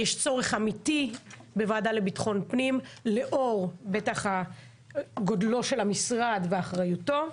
יש צורך אמיתי בוועדה לביטחון פנים לאור גודלו של המשרד ואחריותו.